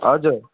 हजुर